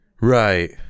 Right